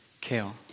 Kale